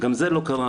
גם זה לא קרה,